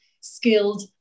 skilled